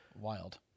Wild